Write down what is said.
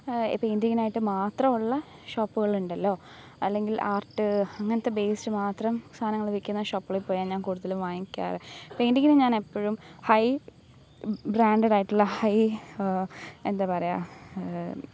പെയിൻ്റിങ്ങിനായിട്ട് മാത്രമുള്ള ഷോപ്പുകളുണ്ടല്ലോ അല്ലെങ്കിൽ ആർട്ട് അങ്ങനത്തെ ബേസ്റ്റ് മാത്രം സാധനങ്ങൾ വിൽക്കുന്ന ഷോപ്പുകളിൽ പോയാണ് ഞാൻ കൂടുതലും വാങ്ങിക്കാറുള്ളത് പെയിൻ്റിങ്ങിന് ഞാൻ എപ്പോഴും ഹൈ ബ്രാൻഡഡായിട്ടുള്ള ഹൈ എന്താണ് പറയുക